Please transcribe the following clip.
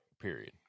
period